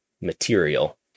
material